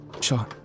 Sure